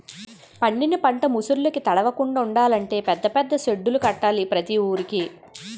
పండిన పంట ముసుర్లుకి తడవకుండలంటే పెద్ద పెద్ద సెడ్డులు కట్టాల ప్రతి వూరికి